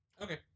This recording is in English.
Okay